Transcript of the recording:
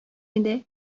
иде